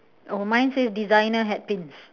oh mine says designer hat pins